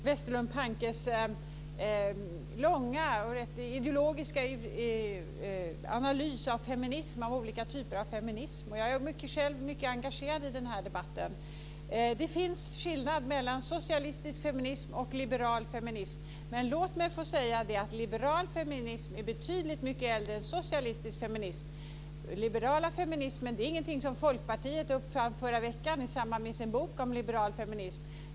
Herr talman! Det var intressant att höra Majléne Westerlund Pankes långa och ideologiska analys av olika typer av feminism. Jag är själv mycket engagerad i den debatten. Det finns skillnad mellan socialistisk feminism och liberal feminism. Men låt mig få säga att liberal feminism är betydligt mycket äldre än socialistisk feminism. Den liberala feminismen är ingenting som Folkpartiet uppfann förra veckan i samband med sin bok om liberal feminism.